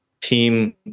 team